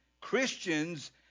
Christians